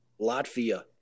Latvia